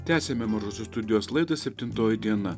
tęsiame mažosios studijos laidą septintoji diena